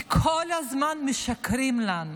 כי כל הזמן משקרים לנו.